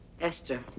Esther